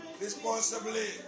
Responsibly